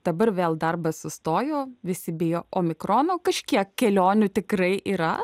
dabar vėl darbas sustojo visi bijo omikrono kažkiek kelionių tikrai yra